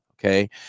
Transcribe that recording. okay